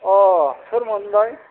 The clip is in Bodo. अ सोरमोन लाय